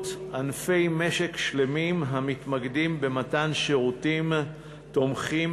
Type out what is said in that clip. ענפי משק שלמים המתמקדים במתן שירותים תומכים,